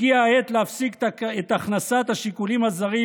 הגיעה העת להפסיק את הכנסת השיקולים הזרים